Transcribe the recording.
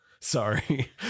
Sorry